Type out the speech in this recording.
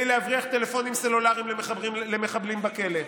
להבריח טלפונים סלולריים למחבלים בכלא,